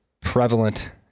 prevalent